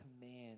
command